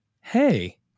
hey